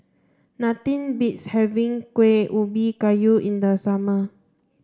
nothing beats having Kueh Ubi Kayu in the summer